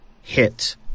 hit